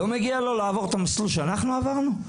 לא מגיע לו לעבור את המסלול שאנחנו עברנו?